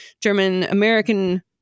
German-American